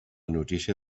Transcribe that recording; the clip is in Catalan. notícia